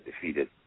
defeated